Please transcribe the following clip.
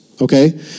okay